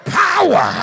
power